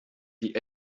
die